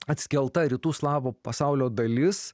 atskelta rytų slavų pasaulio dalis